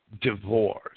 divorce